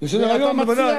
בוודאי.